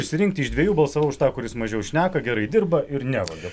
išsirinkti iš dviejų balsavau už tą kuris mažiau šneka gerai dirba ir nevagia